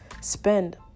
spend